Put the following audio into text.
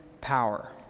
power